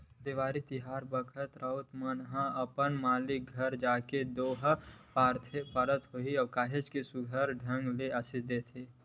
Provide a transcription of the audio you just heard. देवारी तिहार बखत राउत मन ह अपन मालिक घर जाके दोहा पारत होय काहेच सुग्घर ढंग ले असीस देथे